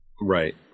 Right